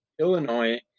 illinois